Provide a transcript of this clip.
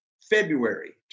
February